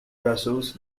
vessels